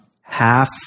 Half